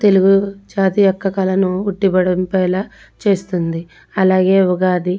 తెలుగు జాతి యొక్క కళను ఉట్టి పడిపోయేలా చేస్తుంది అలాగే ఉగాది